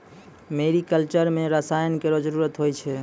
मेरी culture म रसायन केरो जरूरत होय छै